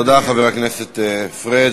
תודה, חבר הכנסת פריג'.